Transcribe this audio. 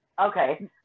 Okay